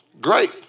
Great